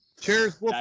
Cheers